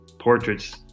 portraits